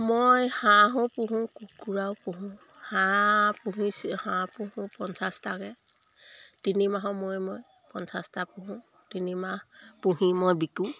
মই হাঁহো পুহোঁ কুকুৰাও পুহোঁ হাঁহ পুহি হাঁহ পুহোঁ পঞ্চাছটাকে তিনিমাহৰ মূৰে মূৰে পঞ্চাছটা পোহোঁ তিনিমাহ পুহি মই বিকোঁ